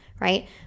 right